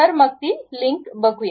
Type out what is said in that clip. तर मग ती लिंक बघू